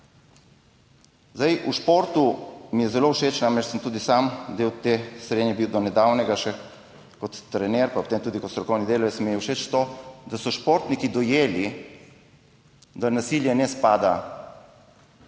V športu mi je zelo všeč, namreč sem tudi sam del te srenje bil do nedavnega še kot trener, pa potem tudi kot strokovni delavec, mi je všeč to, da so športniki dojeli, da nasilje ne spada